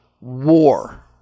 war